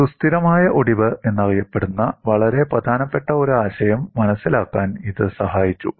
സുസ്ഥിരമായ ഒടിവ് എന്നറിയപ്പെടുന്ന വളരെ പ്രധാനപ്പെട്ട ഒരു ആശയം മനസിലാക്കാൻ ഇത് സഹായിച്ചു